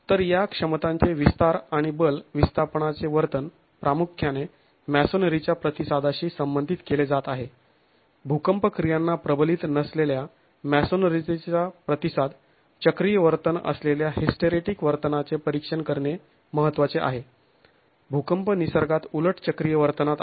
तर या क्षमतांचे विस्तार आणि बल विस्थापनाचे वर्तन प्रामुख्याने मॅसोनरीच्या प्रतिसादाशी संबंधित केले जात आहे भूकंप क्रियांना प्रबलीत नसलेल्या मॅसोनरीचा प्रतिसाद चक्रीय वर्तन असलेल्या हिस्टरेटीक वर्तनाचे परिक्षण करणे महत्त्वाचे आहे भूकंप निसर्गात उलट चक्रीय वर्तनात आहे